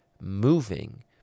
moving